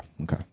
Okay